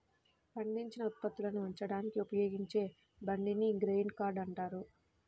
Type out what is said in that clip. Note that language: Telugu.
పండించిన ఉత్పత్తులను ఉంచడానికి ఉపయోగించే బండిని గ్రెయిన్ కార్ట్ అంటారు